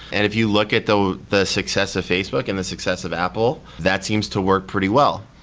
and if you look at the the success of facebook and the success of apple, that seems to work pretty well.